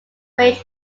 range